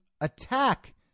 attack